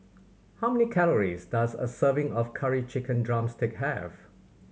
how many calories does a serving of Curry Chicken drumstick have